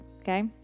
okay